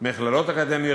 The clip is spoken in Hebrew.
מכללות אקדמיות,